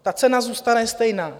Ta cena zůstane stejná.